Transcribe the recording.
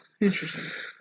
interesting